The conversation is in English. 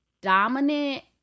dominant